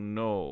no